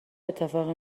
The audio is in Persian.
اتفاقی